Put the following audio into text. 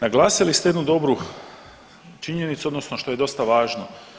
Naglasili ste jednu dobru činjenicu, odnosno što je dosta važno.